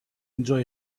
enjoy